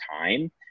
time